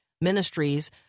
Ministries